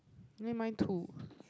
you mean mine too